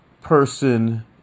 person